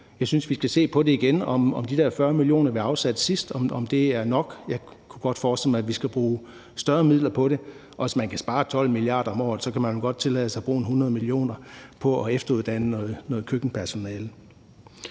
Jeg synes, at vi skal se på igen, om de der 40 mio. kr., vi afsatte sidst, er nok. Jeg kunne godt forestille mig, at vi skal bruge flere midler på det. Hvis man kan spare 12 mia. kr. om året, kan man vel godt tillade sig at bruge 100 mio. kr. på at efteruddanne noget køkkenpersonale.